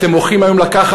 אתם הולכים היום לקחת,